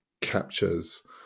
captures